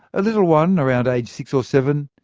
a little one around age six or seven,